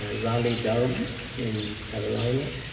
and raleigh-durham in carolina.